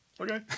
okay